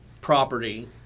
property